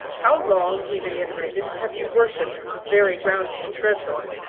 how long, he reiterated, have you worshipped the very ground she treads on?